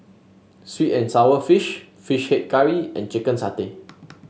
sweet and sour fish fish head curry and Chicken Satay